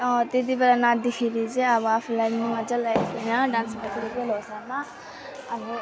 अँ त्यति बेला नाच्दाखेरि चाहिँ अब आफूलाई नि मज्जा लागेको थियो हैन डान्स गर्दाखेरि लोसारमा अब